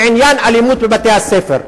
בעניין אלימות בבתי-הספר.